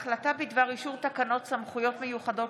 החלטה בדבר אישור תקנות סמכויות מיוחדות